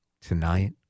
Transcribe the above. tonight